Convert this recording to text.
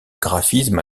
graphisme